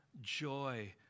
joy